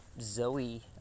Zoe